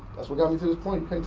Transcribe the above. that's what got me to this point.